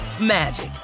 magic